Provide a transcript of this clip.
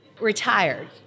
retired